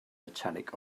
metallic